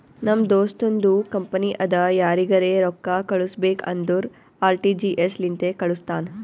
ನಮ್ ದೋಸ್ತುಂದು ಕಂಪನಿ ಅದಾ ಯಾರಿಗರೆ ರೊಕ್ಕಾ ಕಳುಸ್ಬೇಕ್ ಅಂದುರ್ ಆರ.ಟಿ.ಜಿ.ಎಸ್ ಲಿಂತೆ ಕಾಳುಸ್ತಾನ್